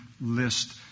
list